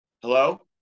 Hello